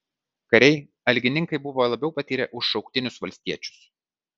kariai algininkai buvo labiau patyrę už šauktinius valstiečius